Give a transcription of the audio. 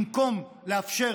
במקום לאפשר